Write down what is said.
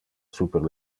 super